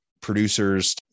producers